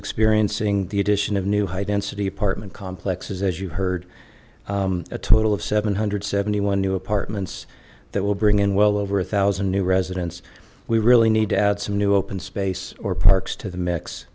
experiencing the addition of new high density apartment complexes as you heard a total of seven hundred and seventy one new apartments that will bring in well over a thousand new residents we really need to add some new open space or parks to the mix